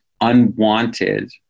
unwanted